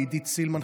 לעידית סילמן,